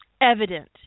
evident